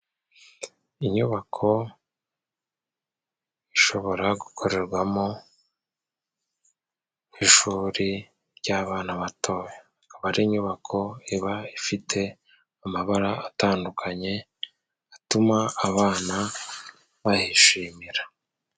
Inyubako ishobora gukorerwamo nk'ishuri ry'bana batoyo, aba ari inyubako iba ifite amabara atandukanye atuma abana bahishimira.